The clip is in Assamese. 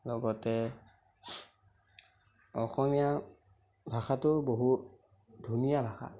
লগতে অসমীয়া ভাষাটো বহুত ধুনীয়া ভাষা